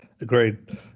Agreed